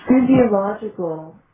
physiological